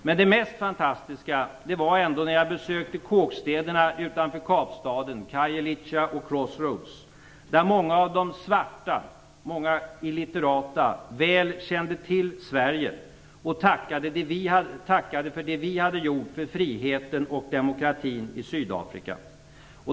Men det mest fantastiska var ändå att besöka kåkstäderna utanför Kapstaden - Khayelitsha och Crossroads - där många av de svarta, många illitterata, väl kände till Sverige och tackade för det vi hade gjort för friheten och demokratin i Sydafrika.